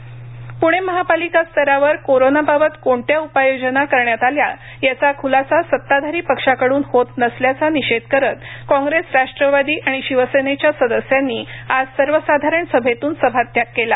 प्णे महापालिकास्तरावर कोरोना बाबत कोणत्या उपाययोजना करण्यात आल्या याचा ख्लासा सताधारी पक्षाकडून होत नसल्याचा निषेध करत काँग्रेस राष्ट्रवादी आणि शिवसेनेच्या सदस्यांनी आज सर्वसाधारण सभेतून सभात्याग केला